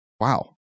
wow